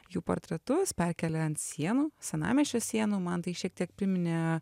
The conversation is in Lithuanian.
jų portretus perkelia ant sienų senamiesčio sienų man tai šiek tiek priminė